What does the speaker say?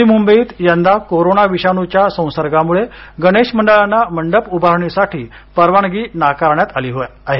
नवी मुंबईत यंदा कोरोना विषाणूच्या संसर्गामुळे गणेश मंडळांना मंडप उभारणीसाठी परवानगी नाकारण्यात आली आहे